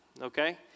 okay